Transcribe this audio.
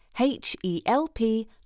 H-E-L-P